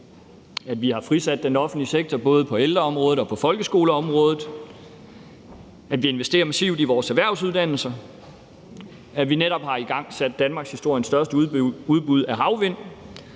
Vi har frisat den offentlige sektor både på ældreområdet og på folkeskoleområdet. Vi investerer massivt i vores erhvervsuddannelser. Vi har netop igangsat danmarkshistoriens største udbud af havvindmøller.